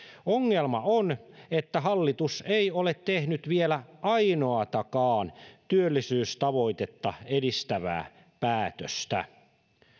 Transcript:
ongelma on että hallitus ei ole tehnyt vielä ainoatakaan työllisyystavoitetta edistävää päätöstä